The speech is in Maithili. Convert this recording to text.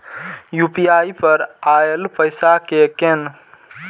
यू.पी.आई पर आएल पैसा कै कैन?